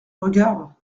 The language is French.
regard